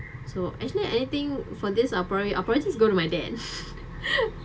so actually anything for this our poli~ our policies go to my dad